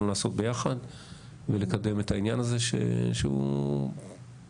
לעשות ביחד ולקדם את העניין הזה שהוא בעייתי.